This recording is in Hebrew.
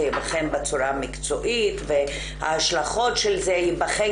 זה ייבחן בצורה מקצועית וההשלכות של זה ייבחנו